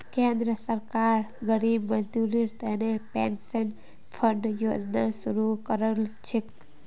केंद्र सरकार गरीब मजदूरेर तने पेंशन फण्ड योजना शुरू करील छेक